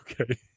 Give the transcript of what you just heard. Okay